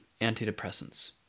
antidepressants